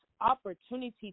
opportunity